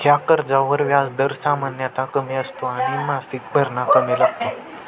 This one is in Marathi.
ह्या कर्जावर व्याज दर सामान्यतः कमी असतो आणि मासिक भरणा कमी लागतो